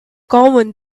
common